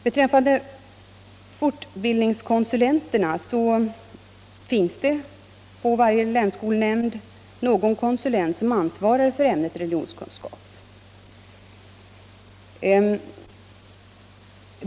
Beträffande = fortbildningskonsulenterna finns det hos varje länsskolnämnd någon konsulent som ansvarar för ämnet religionskunskap.